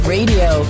Radio